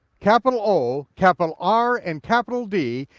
capital o, capital r, and capital d,